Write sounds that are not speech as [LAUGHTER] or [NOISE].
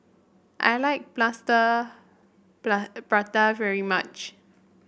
I like Plaster [UNINTELLIGIBLE] Prata very much